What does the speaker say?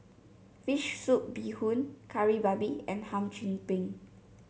fish soup Bee Hoon Kari Babi and Hum Chim Peng